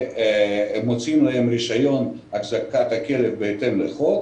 ומוציאים להם רישיון החזקת כלב בהתאם לחוק,